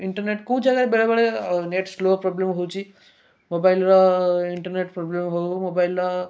internet କେଉଁ ଜାଗାରେ ବେଳେ ବେଳେ ନେଟ୍ ଶ୍ଲୋ ପ୍ରୋବ୍ଲେମ୍ ହେଉଛି ମୋବାଇଲ୍ର ଇଣ୍ଟର୍ନେଟ୍ ପ୍ରୋବ୍ଲେମ୍ ହେଉ ମୋବାଇଲ୍ର